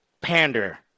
pander